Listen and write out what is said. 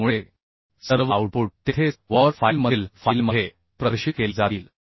त्यामुळे सर्व आऊटपुट तेथेच वॉर फाईलमधील फाईलमध्ये प्रदर्शित केले जातील